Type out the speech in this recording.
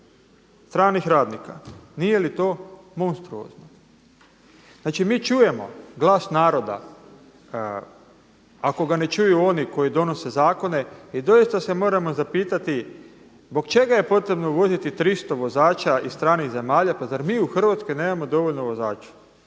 stranih radnika, nije li to monstruozno? Znači mi čujemo glas naroda, ako ga ne čuju oni koji donose zakone i doista se moramo zapitati, zbog čega je potrebno uvoziti 300 vozača iz stranih zemalja? Pa zar mi u Hrvatskoj nemamo dovoljno vozača?